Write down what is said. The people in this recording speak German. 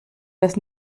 das